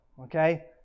Okay